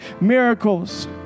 miracles